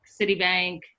Citibank